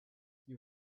you